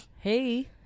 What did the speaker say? hey